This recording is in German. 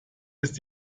ist